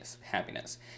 happiness